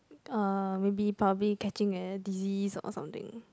uh maybe probably catching a disease or something